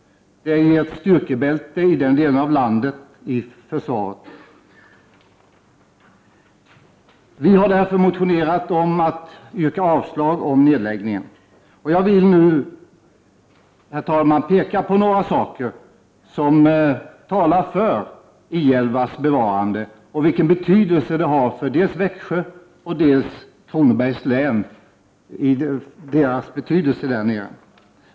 Det ger ett styrkebälte i försvaret av den delen av landet. Det har stor betydelse för dels Växjö kommun, dels Kronobergs län.